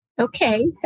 Okay